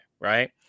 right